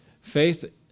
faith